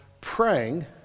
praying